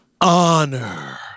honor